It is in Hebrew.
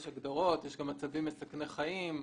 יש הגדרות, יש גם מצבים מסכני חיים.